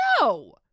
no